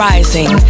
Rising